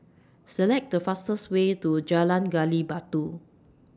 Select The fastest Way to Jalan Gali Batu